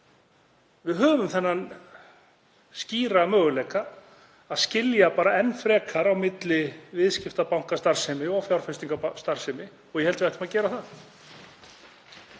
Við höfum þennan skýra möguleika að skilja enn frekar á milli viðskiptabankastarfsemi og fjárfestingarbankastarfsemi og ég held við ættum að gera það.